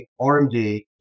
RMD